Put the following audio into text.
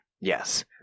Yes